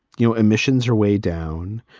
you know, emissions are way down,